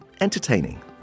entertaining